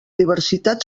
diversitat